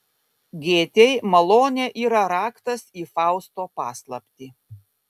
gėtei malonė yra raktas į fausto paslaptį